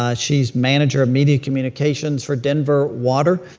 ah she's manager of media communications for denver water,